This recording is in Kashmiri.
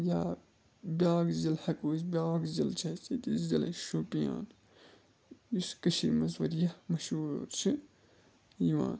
یا بیٛاکھ ضِلہٕ ہٮ۪کو أسۍ بیٛاکھ ضِلہٕ چھِ اَسہِ ییٚتہِ ضِلَے شُپیان یُس کٔشیٖرِ منٛز واریاہ مشہوٗر چھِ یِوان